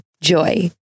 Joy